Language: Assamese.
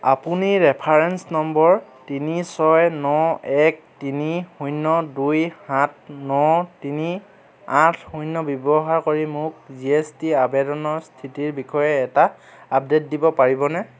আপুনি ৰেফাৰেন্স নম্বৰ তিনি ছয় ন এক তিনি শূন্য দুই সাত ন তিনি আঠ শূন্য ব্যৱহাৰ কৰি মোক জি এছ টি আবেদনৰ স্থিতিৰ বিষয়ে এটা আপডেট দিব পাৰিবনে